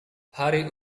hari